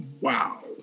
wow